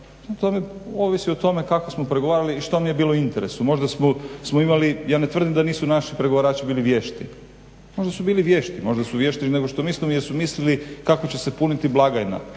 tome, ovisi o tome kako smo pregovarali i što nam je bilo u interesu. Možda smo imali, ja ne tvrdim da nisu naši pregovarači bili vješti. Možda su bili vješti, možda su vještiji nego što mislimo jer su mislili kako će se puniti blagajna,